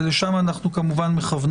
ולשם אנחנו מכוונים,